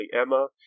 Emma